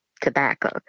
tobacco